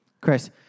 Chris